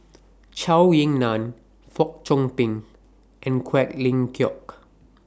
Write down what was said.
Zhou Ying NAN Fong Chong Pik and Quek Ling